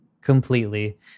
Completely